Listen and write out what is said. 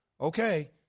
okay –